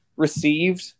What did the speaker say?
received